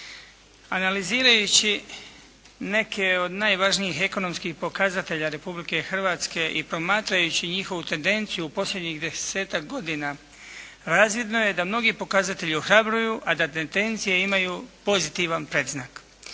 Analizirajući neke od najvažnijih ekonomskih pokazatelja Republke Hrvatske i promatrajući njihovu tendenciju posljednjih desetak godina, razvidno je da mnogi pokazatelji ohrabruju, a da te tenzije imaju pozitivan predznak.